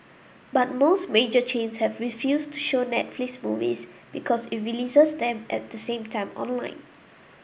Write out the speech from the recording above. but most major chains have refused to show Netflix movies because it releases them at the same time online